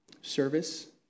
Service